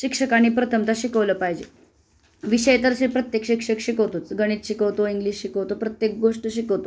शिक्षकानी प्रथमता शिकवलं पाहिजे विषय तर श प्रत्येक शिक्षक शिकवतोच गणित शिकवतो इंग्लिश शिकवतो प्रत्येक गोष्ट शिकवतो